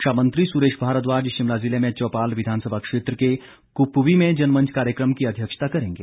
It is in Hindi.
शिक्षा मंत्री सुरेश भारद्वाज शिमला जिले में चौपाल विधानसभा क्षेत्र के क्पवी में जनमंच कार्यक्रम की अध्यक्षता करेंगे